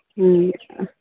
ᱦᱮᱸ